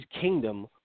kingdom